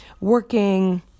working